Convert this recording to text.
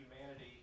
humanity